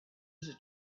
the